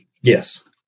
yes